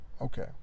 Okay